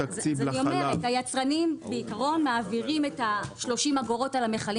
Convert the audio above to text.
היצרנים בעיקרון מעבירים את ה-30 אגורות על המכלים